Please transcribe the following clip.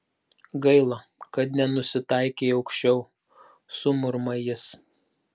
gaila kad nenusitaikei aukščiau sumurma jis